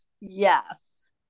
Yes